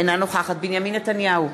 אינה נוכחת בנימין נתניהו,